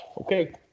Okay